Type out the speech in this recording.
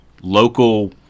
local